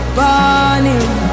burning